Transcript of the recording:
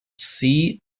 see